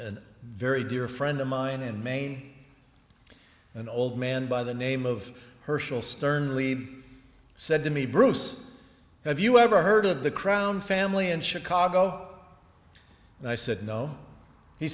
and very dear friend of mine in maine an old man by the name of hershel sternly said to me bruce have you ever heard of the crown family in chicago and i said no he